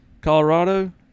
Colorado